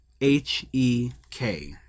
H-E-K